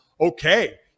okay